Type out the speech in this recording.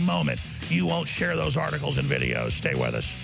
moment if you will share those articles and videos stay with us